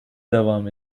devam